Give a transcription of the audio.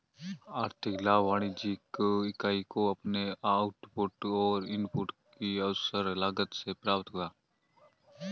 आर्थिक लाभ वाणिज्यिक इकाई को अपने आउटपुट और इनपुट की अवसर लागत से प्राप्त हुआ है